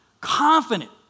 confident